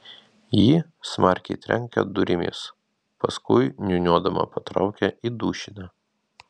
ji smarkiai trenkia durimis paskui niūniuodama patraukia į dušinę